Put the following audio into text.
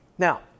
Now